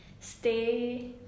stay